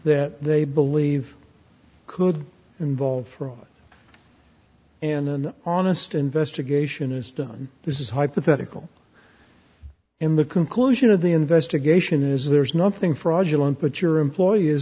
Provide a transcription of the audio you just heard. that they believe could involve problem and an honest investigation is done this is hypothetical in the conclusion of the investigation is there's nothing fraudulent but your employee